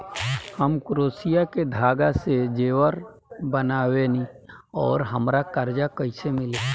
हम क्रोशिया के धागा से जेवर बनावेनी और हमरा कर्जा कइसे मिली?